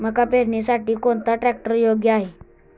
मका पेरणीसाठी कोणता ट्रॅक्टर योग्य आहे?